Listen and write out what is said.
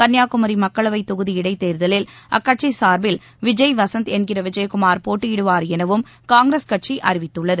கன்னியாகுமரி மக்களவைத் தொகுதி இடைத் தேர்தலில் அக்கட்சி சார்பில் விஜய் வசந்த் என்கிற விஜயகுமார் போட்டியிடுவார் எனவும் காங்கிரஸ் கட்சி அறிவித்துள்ளது